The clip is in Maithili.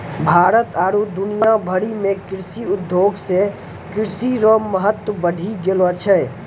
भारत आरु दुनिया भरि मे कृषि उद्योग से कृषि रो महत्व बढ़ी गेलो छै